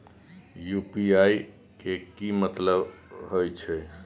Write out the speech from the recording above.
UPI के की मतलब हे छे?